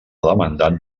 demandant